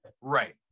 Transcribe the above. Right